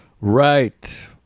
Right